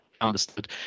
understood